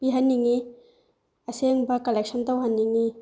ꯄꯤꯍꯟꯅꯤꯡꯏ ꯑꯁꯦꯡꯕ ꯀꯂꯦꯛꯁꯟ ꯇꯧꯍꯟꯅꯤꯡꯏ